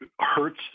hurts